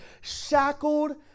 shackled